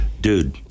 dude